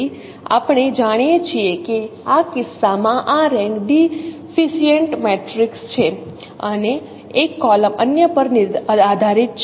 તેથી આપણે જાણીએ છીએ કે આ કિસ્સામાં આ રેન્ક ડિફીસિએન્ટ મેટ્રિક્સ છે અને એક કોલમ અન્ય પર આધારિત છે